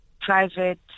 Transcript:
private